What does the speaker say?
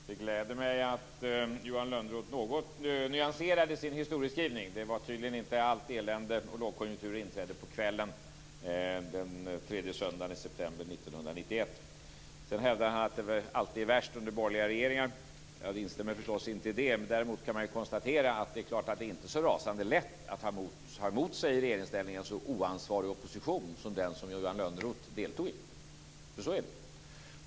Fru talman! Det gläder mig att Johan Lönnroth något nyanserade sin historieskrivning. Det var tydligen inte så att allt elände och lågkonjunktur inträdde på kvällen den tredje söndagen i september 1991. Sedan hävdar han att det alltid är värst under borgerliga regeringar. Jag instämmer förstås inte i det. Däremot kan man konstatera att det förstås inte är så rasande lätt att i regeringsställning ha emot sig en så oansvarig opposition som den som Johan Lönnroth deltog i. Så är det.